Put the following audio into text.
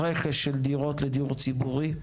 רכש של דירות לדיור ציבורי?